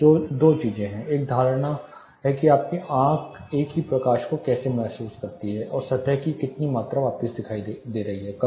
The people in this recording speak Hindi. तो दो चीजें हैं एक यह धारणा है कि आपकी आंख एक ही प्रकाश को कैसे महसूस करती है और सतह की कितनी मात्रा वापस दिखाई दे रही है